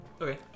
Okay